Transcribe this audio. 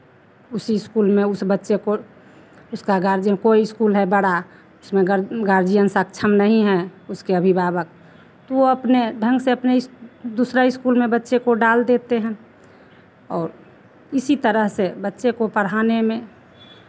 उसी स्कूल में उस बच्चे को उसका गार्जियन कोई स्कूल है बड़ा उसमें गार्जियन सक्षम नहीं है उसके अभिभावक तो वो अपने ढंग से अपने इस दूसरा स्कूल में बच्चे को डाल देते हैं और इसी तरह से बच्चे को पढ़ाने में